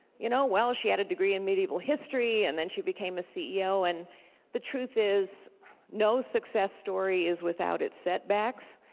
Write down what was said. you know, well she had a degree in medieval history and then she became a ceo and the truth is no success story is without its setbacks